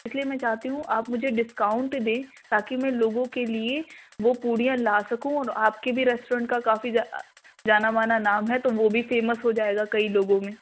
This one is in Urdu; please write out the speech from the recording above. اس لیے میں چاہتی ہوں آپ مجھے ڈسکاؤنٹ دیں تاکہ میں لوگوں کے لیے وہ پوریاں لا سکوں اور آپ کے بھی ریسٹورینٹ کا کافی جانا مانا نام ہے تو وہ بھی فیمس ہو جائے گا کئی لوگوں میں